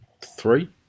three